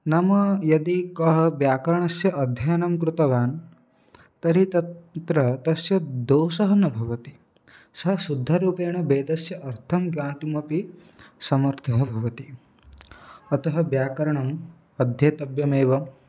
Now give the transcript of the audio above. नाम यदि कः व्याकरणस्य अध्ययनं कृतवान् तर्हि तत्र तस्य दोषः न भवति सः शुद्धरूपेण वेदस्य अर्थं ज्ञातुमपि समर्थः भवति अतः व्याकरणम् अध्येतव्यमेव